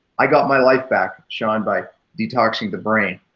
i got my life back, shawn, by detoxing the brain,